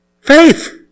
Faith